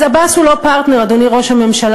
אז עבאס הוא לא פרטנר, אדוני ראש הממשלה,